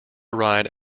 ride